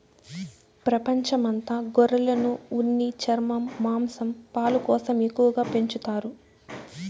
ప్రపంచం అంత గొర్రెలను ఉన్ని, చర్మం, మాంసం, పాలు కోసం ఎక్కువగా పెంచుతారు